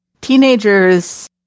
teenagers